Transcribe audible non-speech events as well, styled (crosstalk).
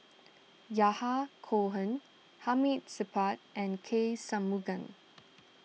Yahya Cohen Hamid Supaat and K Shanmugam (noise)